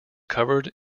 covered